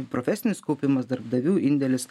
profesinis kaupimas darbdavių indėlis